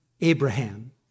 Abraham